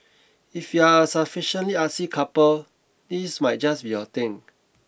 if you are a sufficiently artsy couple this might just be your thing